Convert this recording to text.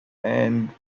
and